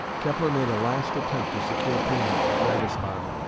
kepler made a last attempt to secure payment at ratisbon,